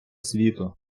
світу